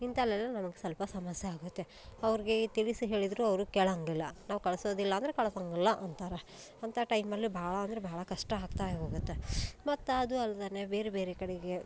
ಇಂಥಲ್ಲೆಲ್ಲ ನಮಗೆ ಸ್ವಲ್ಪ ಸಮಸ್ಯೆ ಆಗುತ್ತೆ ಅವ್ರಿಗೆ ಈ ತಿಳಿಸಿ ಹೇಳಿದರೂ ಅವರು ಕೇಳೊಂಗಿಲ್ಲ ನಾವು ಕಳಿಸೋದಿಲ್ಲ ಅಂದರೆ ಕಳ್ಸೋಂಗಿಲ್ಲ ಅಂತಾರೆ ಅಂಥ ಟೈಮಲ್ಲಿ ಭಾಳ ಅಂದರೆ ಭಾಳ ಕಷ್ಟ ಅಗ್ತಾ ಹೋಗತ್ತೆ ಮತ್ತು ಅದು ಅಲ್ಲದೇನೆ ಬೇರೆ ಬೇರೆ ಕಡೆಗೆ